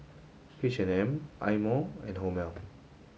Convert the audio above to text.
H and M Eye Mo and Hormel